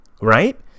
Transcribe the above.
Right